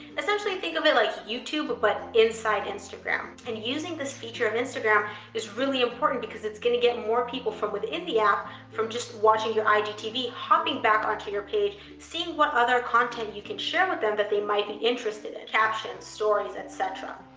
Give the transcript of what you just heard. essentially, think of it like youtube but inside instagram. and using this feature of instagram is really important, because it's going to get more people from within the app from just watching your igtv, hopping back onto your page, seeing what other content you can share with them that they might be interested in, captions, stories, et cetera.